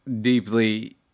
deeply